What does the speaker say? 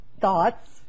thoughts